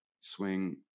swing